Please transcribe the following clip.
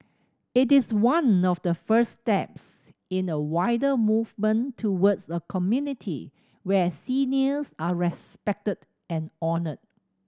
it is one of the first steps in a wider movement towards a community where seniors are respected and honoured